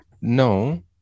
no